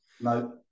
No